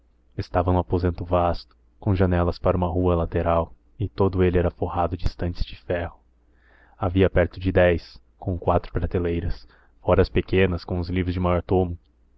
estava num aposento vasto com janelas para uma rua lateral e todo ele era formado de estantes de ferro havia perto de dez com quatro prateleiras fora as pequenas com os livros de maior tomo